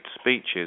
speeches